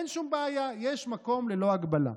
אין שום בעיה, יש מקום ללא הגבלה.